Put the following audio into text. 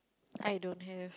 I don't have